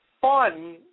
fun